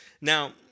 Now